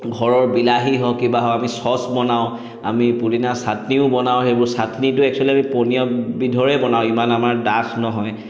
ঘৰৰ বিলাহী হওক কিবা হওক আমি ছচ বনাওঁ আমি পুদিনা চাটনিও বনাওঁ এইবোৰ চাটনিটো আমি একচ্যুৱেলি পনীয়া বিধৰে বনাওঁ ইমান আমাৰ ডাঠ নহয়